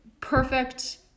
Perfect